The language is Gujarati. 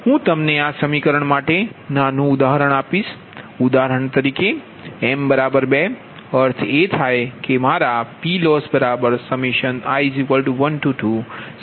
હું તમને આ સમીકરણ માટે નાનું ઉદાહરણ આપીશ ઉદાહરણ તરીકે m 2 અર્થ એ થાય કે મારાPLossi12j12PgiBijPgj છે